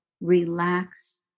relax